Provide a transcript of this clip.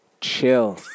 Chill